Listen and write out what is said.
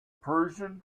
persian